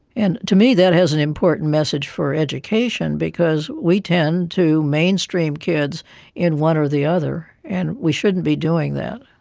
and to me that has an important message for education because we tend to mainstream kids in one or the other, and we shouldn't be doing that.